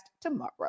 tomorrow